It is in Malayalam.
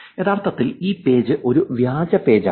യഥാർത്ഥത്തിൽ ഈ പേജ് ഒരു വ്യാജ പേജാണ്